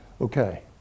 okay